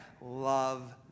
Love